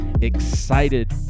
excited